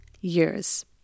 years